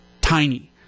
tiny